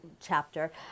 chapter